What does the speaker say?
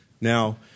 Now